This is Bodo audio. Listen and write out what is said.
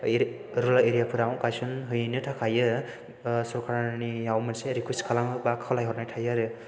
रुरेल एरिया फोराव गायसनहैनो थाखाय सरखारनियाव मोनसे रिकुवेस्ट खालामो एबा खावलायहरनाय थाबाय आरो